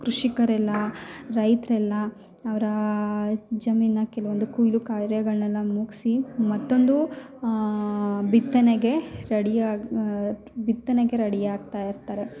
ಕೃಷಿಕರೆಲ್ಲ ರೈತರೆಲ್ಲ ಅವರ ಜಮೀನನ್ನ ಕೆಲವೊಂದು ಕೊಯ್ಲು ಕಾರ್ಯಗಳನ್ನೆಲ್ಲ ಮುಗಿಸಿ ಮತ್ತೊಂದು ಬಿತ್ತನೆಗೆ ರೆಡಿ ಆಗಿ ಬಿತ್ತನೆಗೆ ರೆಡಿ ಆಗ್ತಾಯಿರ್ತರೆ